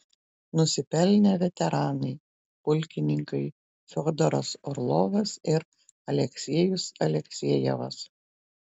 nusipelnę veteranai pulkininkai fiodoras orlovas ir aleksejus aleksejevas